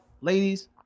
ladies